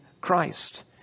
Christ